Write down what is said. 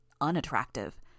unattractive